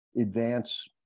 advance